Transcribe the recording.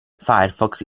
firefox